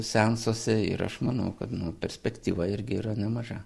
seansuose ir aš manau kad nu perspektyva irgi yra nemaža